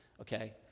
Okay